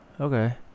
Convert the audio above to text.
Okay